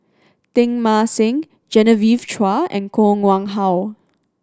Teng Mah Seng Genevieve Chua and Koh Nguang How